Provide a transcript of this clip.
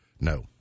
no